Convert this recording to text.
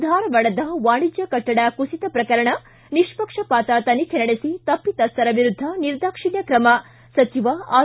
ಿ ಧಾರವಾಡದ ವಾಣಿಜ್ಯ ಕಟ್ಟಡ ಕುಸಿತ ಪ್ರಕರಣ ನಿಷ್ನಕ್ಷಪಾತ ತನಿಖೆ ನಡೆಸಿ ತಪ್ಪಿತಸ್ಥರ ವಿರುದ್ಧ ನಿರ್ದಾಕ್ಷಿಣ್ಯ ಕ್ರಮ ಸಚಿವ ಆರ್